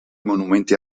monumenti